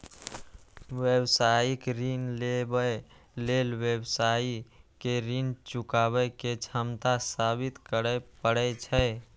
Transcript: व्यावसायिक ऋण लेबय लेल व्यवसायी कें ऋण चुकाबै के क्षमता साबित करय पड़ै छै